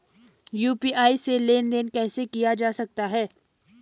UPI से लेनदेन कैसे किया जा सकता है?